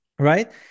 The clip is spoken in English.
Right